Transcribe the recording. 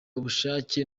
ubushake